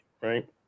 right